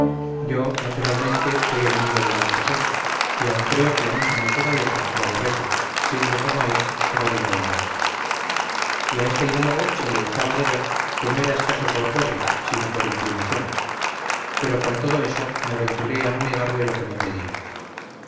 yo naturalmente soy enemigo de la escasez y aun creo que la misma naturaleza le aborrece siendo como es pródiga en dar y a este hidalgo se le echaba de ver que no era escaso por pobre sino por inclinación pero con todo eso me aventuré a no negarle lo que me pedía